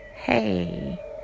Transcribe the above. Hey